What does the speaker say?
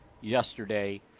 yesterday